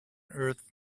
earth